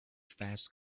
fast